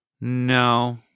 no